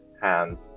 hands